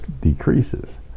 decreases